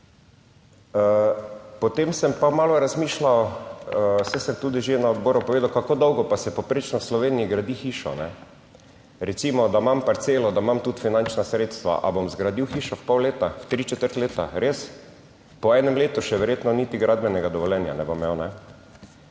Potem sem pa malo razmišljal, saj sem tudi že na odboru povedal, kako dolgo pa se povprečno v Sloveniji gradi hišo. Recimo, da imam parcelo, da imam tudi finančna sredstva, ali bom zgradil hišo v pol leta, v tri četrt leta. Res. Po enem letu še verjetno niti gradbenega dovoljenja ne bom imel,